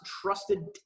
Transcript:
trusted